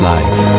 Life 》 。